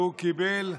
והוא קיבל.